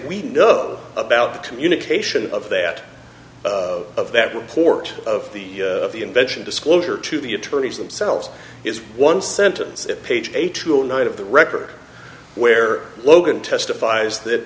we know about the communication of that of that report of the the invention disclosure to the attorneys themselves is one sentence at page eight tonight of the record where logan testifies that